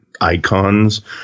icons